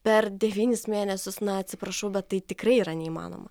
per devynis mėnesius na atsiprašau bet tai tikrai yra neįmanoma